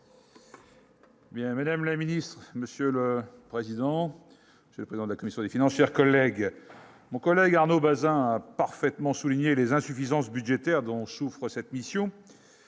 Madame la Ministre, Monsieur le Président, c'est la commission des finances collègue mon collègue Arnaud Bazin parfaitement souligné les insuffisances budgétaires dont souffre cette mission